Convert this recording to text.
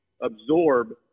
absorb